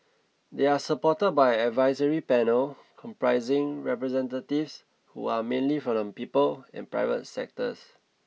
they are supported by an advisory panel comprising representatives who are mainly from the people and private sectors